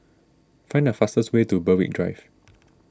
find the fastest way to Berwick Drive